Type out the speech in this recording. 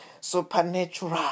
supernatural